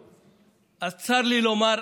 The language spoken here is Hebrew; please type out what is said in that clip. אז צר לי לומר,